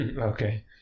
Okay